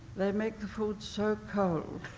they make the food so cold.